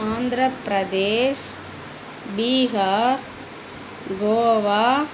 Andhra Pradesh Bihar Goa